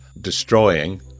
destroying